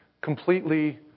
completely